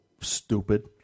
stupid